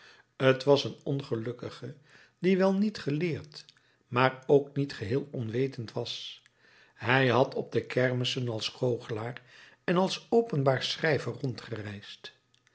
t was een ongelukkige die wel niet geleerd maar ook niet geheel onwetend was hij had op de kermissen als goochelaar en als openbaar schrijver